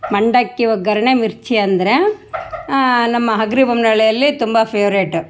ಮಂಡಕ್ಕಿ ಒಗ್ಗರಣೆ ಮಿರ್ಚಿ ಅಂದರೆ ನಮ್ಮ ಹಗರಿ ಬೊಮ್ನಳ್ಳಿಯಲ್ಲಿ ತುಂಬ ಫೆವ್ರೇಟ್